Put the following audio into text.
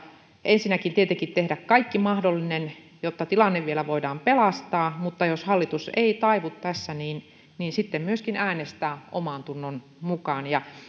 ensinnäkin tietenkin tehdä kaikki mahdollinen jotta tilanne vielä voidaan pelastaa mutta jos hallitus ei taivu tässä niin niin sitten myöskin äänestää omantunnon mukaan